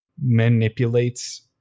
manipulates